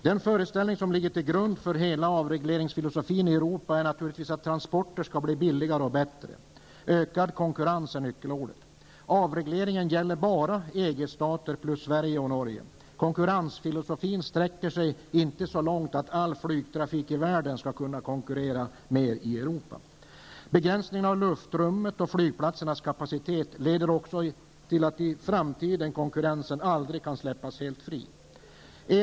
Den föreställning som ligger till grund för hela avregleringsfilosofin i Europa är naturligtvis att transporterna skall bli billigare och bättre. Ökad konkurrens är nyckelordet. Avregleringen gäller bara EG-stater plus Sverige och Norge. Konkurrensfilosofin sträcker sig inte så långt att all flygtrafik i hela världen skall konkurrera mer i Europa. Begränsningen av luftrummet och flygplatsernas kapacitet leder ju också till att konkurrensen aldrig kan släppas helt fri i framtiden.